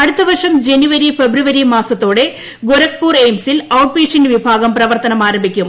അടുത്ത വർഷം ജനുവരി ഫെബ്രുവരി മാസത്തോടെ ഗോരഖ്പൂർ എയിംസിൽ ഔട്ട് പേഷ്യന്റ് വിഭാഗം പ്രവർത്തനം ആരംഭിക്കും